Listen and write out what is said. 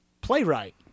playwright